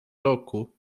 roku